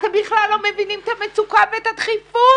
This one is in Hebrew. אתם בכלל לא מבינים את המצוקה ואת הדחיפות.